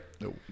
No